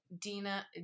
Dina